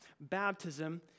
baptism